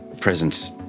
presence